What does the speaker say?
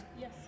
Yes